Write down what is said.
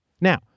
Now